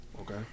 Okay